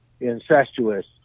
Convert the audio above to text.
incestuous